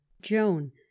Joan